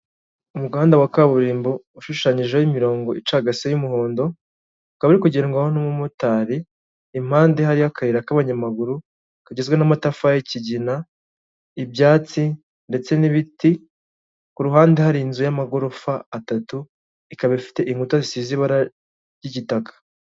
Umuhanda wa kaburimbo, ushushanyijeho imirongo icagase y'umuhondo, ukaba uri kugendwaho n'umumotari, impande hariyo akayira k'abanyamaguru, kagizwe n'amatafari y'ikigina, ibyatsi ndetse n'ibiti, ku ruhande hari inzu y'amagorofa atatu, ikaba ifite inkuta zisize ibara ry'igitaka.